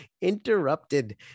interrupted